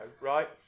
right